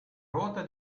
ruota